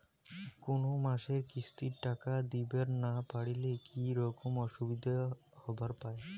কোনো মাসে কিস্তির টাকা দিবার না পারিলে কি রকম অসুবিধা হবার পায়?